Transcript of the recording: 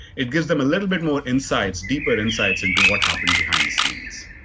it gives them a little bit more insights, deeper insights into what happened behind the scenes.